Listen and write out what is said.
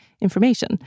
information